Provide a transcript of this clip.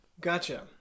gotcha